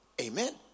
Amen